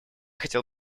хотел